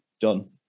done